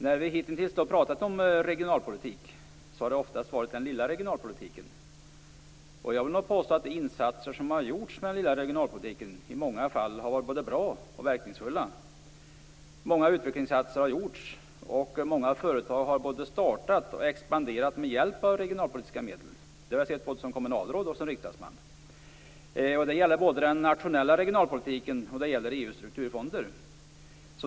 När vi hitintills har pratat om regionalpolitik har det oftast varit den lilla regionalpolitiken. Jag vill påstå att de insatser som har gjorts genom den lilla regionalpolitiken i många fall har varit både bra och verkningsfulla. Många utvecklingsinsatser har gjorts, och många företag har både startat och expanderat med hjälp av regionalpolitiska medel. Det har jag sett både som kommunalråd och som riksdagsman. Det gäller både den nationella regionalpolitiken och EU:s strukturfonder.